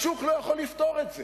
השוק לא יכול לפתור את זה.